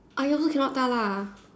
I also can not 大辣